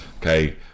Okay